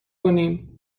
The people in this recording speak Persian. کنیم